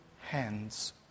hands